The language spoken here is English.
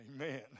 Amen